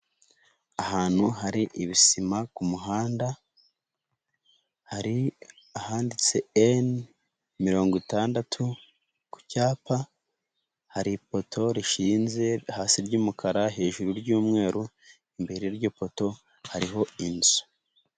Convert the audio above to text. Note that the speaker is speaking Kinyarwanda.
Ahantu hari ibisima ku muhanda hari ahanditse EN mirongo itandatu, ku cyapa, hari ipoto rishinze hasi ry'umukara, hejuru y'Umweru, imbere yiryo poto hariho inzu.